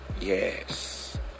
Yes